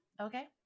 okay